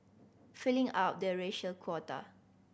filling up the racial quota